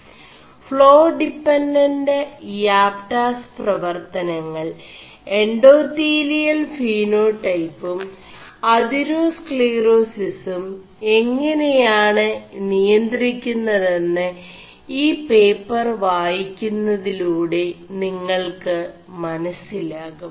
ോ ഡിെപൻഡ ് ാപ് ടാസ് 4പവർøനÆൾ എൻേഡാøീലിയൽ ഫിേനാൈടç്ഉം അെതേറാസ്ക്ളിേറാസിസും എÆെനയാണു നിയ4ി ുMെതMു ഈ േപçർ വായി ുMതിലൂെട നിÆൾ ് മനസിലാകും